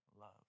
love